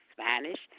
Spanish